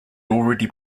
already